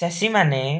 ଚାଷୀମାନେ